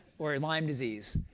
or lyme disease.